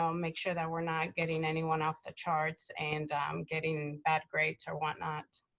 um make sure that we're not getting anyone off the charts, and getting bad grades or what-not.